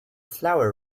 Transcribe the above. flower